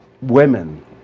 women